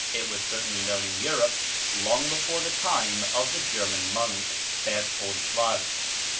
it was certainly known in europe long before the time of the german monk, berthold schwarz,